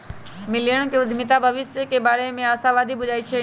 millennium उद्यमीता भविष्य के बारे में आशावादी बुझाई छै